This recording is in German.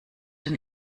den